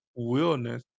willness